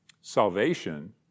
salvation